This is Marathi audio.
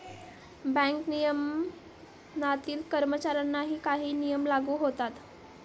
बँक नियमनातील कर्मचाऱ्यांनाही काही नियम लागू होतात